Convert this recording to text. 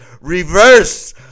reverse